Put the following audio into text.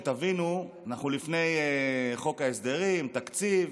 שתבינו, אנחנו לפני חוק ההסדרים, תקציב,